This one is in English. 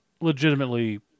legitimately